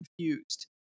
confused